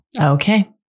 Okay